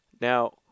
Now